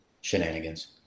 shenanigans